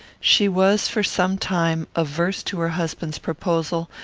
she was, for some time, averse to her husband's proposal,